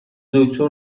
دکتر